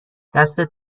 دستت